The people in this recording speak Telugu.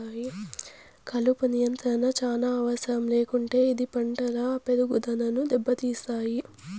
కలుపు నియంత్రణ చానా అవసరం లేకుంటే ఇది పంటల పెరుగుదనను దెబ్బతీస్తాయి